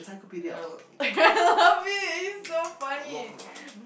a bit it's so funny